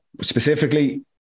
specifically